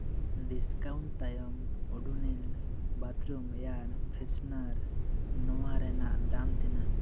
discount ᱛᱟᱭᱚᱢ ᱩᱰᱩᱱᱤᱞ bathroom air freshener ᱱᱚᱶᱟ ᱨᱮᱱᱟᱜ ᱫᱟᱢ ᱛᱤᱱᱟᱹᱜ